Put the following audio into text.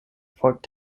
folgt